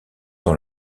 dans